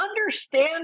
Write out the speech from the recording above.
understand